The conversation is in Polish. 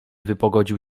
wypogodził